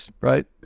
right